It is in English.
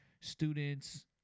students